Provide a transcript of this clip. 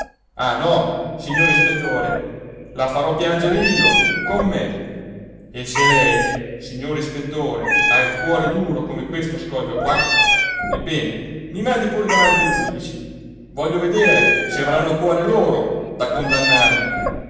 ah no signor ispettore la farò piangere io con me e se lei signor ispettore ha il cuore duro come questo scoglio qua ebbene mi mandi pure davanti ai giudici voglio vedere se avranno cuore loro da condannarmi